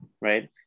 right